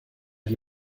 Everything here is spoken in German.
die